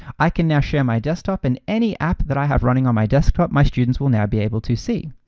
i can now share my desktop and any app that i have running on my desktop. my students will now be able to see.